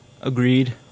Agreed